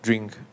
Drink